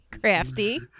crafty